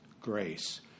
grace